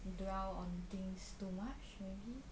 dwell on things too much maybe